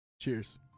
Cheers